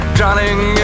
Drowning